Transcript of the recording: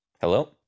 Hello